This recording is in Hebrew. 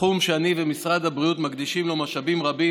תחום שאני ומשרד הבריאות מקדישים לו משאבים רבים